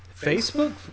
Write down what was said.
Facebook